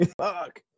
Fuck